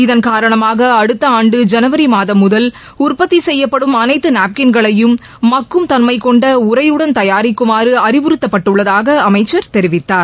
இதன் காரணமாக அடுத்த ஆண்டு ஜனவரி மாதம் முதல் உற்பத்தி செய்யப்படும் அனைத்து நாப்கின்களையும் மக்கும் தன்மைகொண்ட உறையுடன் தயாரிக்குமாறு அறிவுறுத்தப்பட்டுள்ளதாக அமைச்சர் தெரிவித்தார்